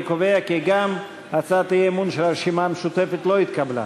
אני קובע כי גם הצעת האי-אמון של הרשימה המשותפת לא נתקבלה.